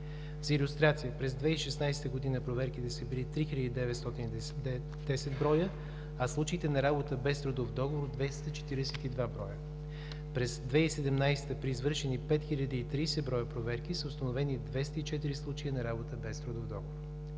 За илюстрация през 2016 г. проверките са били 3910 броя, а случаите на работа без трудов договор 242 броя. През 2017 г. при извършени 5030 броя проверки са установени 204 случая на работа без трудов договор.